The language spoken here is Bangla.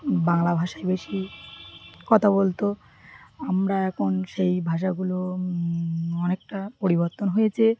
বাংলা ভাষায় বেশি কথা বলত আমরা এখন সেই ভাষাগুলো অনেকটা পরিবর্তন হয়েছে